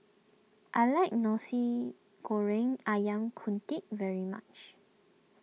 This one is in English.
I like Nasi Goreng Ayam Kunyit very much